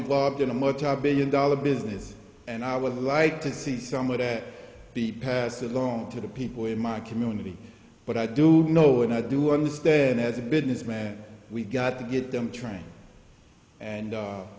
involved in a multibillion dollar business and i would like to see some of that be passed along to the people in my community but i do know and i do understand as a businessman we've got to get them trained and